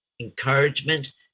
encouragement